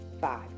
Five